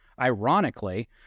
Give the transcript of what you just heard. Ironically